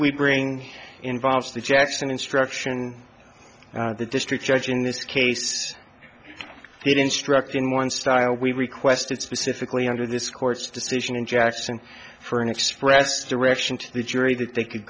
we bring involves the jackson instruction and the district judge in this case it instruct in one style we requested specifically under this court's decision in jackson for an express direction to the jury that they could